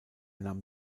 nahm